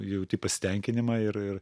jauti pasitenkinimą ir ir